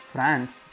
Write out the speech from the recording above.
France